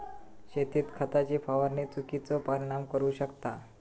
शेतीत खताची फवारणी चुकिचो परिणाम करू शकता